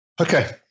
Okay